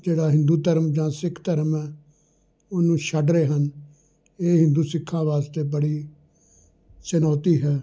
ਜਿਹੜਾ ਹਿੰਦੂ ਧਰਮ ਜਾਂ ਸਿੱਖ ਧਰਮ ਹੈ ਉਹਨੂੰ ਛੱਡ ਰਹੇ ਹਨ ਇਹ ਹਿੰਦੂ ਸਿੱਖਾਂ ਵਾਸਤੇ ਬੜੀ ਚੁਣੌਤੀ ਹੈ